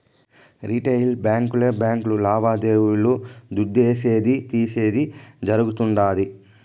retail బాంకీలే బాంకీలు లావాదేవీలు దుడ్డిసేది, తీసేది జరగుతుండాది